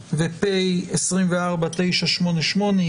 ו-פ/988/24.